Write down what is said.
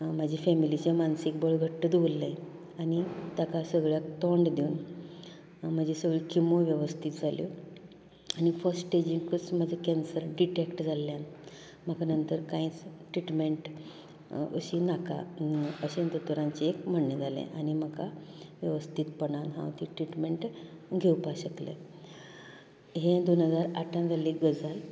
म्हाजे फेमिलीचें मानसीक बळ घट्ट दवरलें आनी ताका सगळ्याक तोंड दिवन म्हजें सगळें किमो वेवस्थीत जाल्यो आनी फस्ट स्टेजीक म्हाजे केन्सर डिटेक्ट जाल्ल्यान म्हाका नंतर कांयच ट्रिटमेंन्ट अशीं नाका अशें दोतोरांचे एक म्हणणे जाले आनी म्हाका वेवस्थीतपणान हांव ती ट्रिटमेंन्ट घेवपाक शकलें हे दोन हजार आठांक जाल्ली गजाल